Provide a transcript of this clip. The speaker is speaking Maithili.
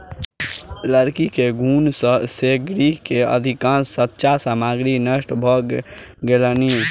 लकड़ी के घुन से गृह के अधिकाँश सज्जा सामग्री नष्ट भ गेलैन